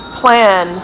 plan